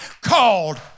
called